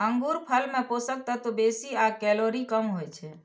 अंगूरफल मे पोषक तत्व बेसी आ कैलोरी कम होइ छै